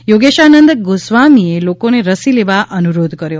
યોગેશાનંદ ગોસ્વામીએ લોકોને રસી લેવા અનુરોધ કર્યો